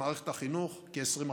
במערכת החינוך, כ-20%,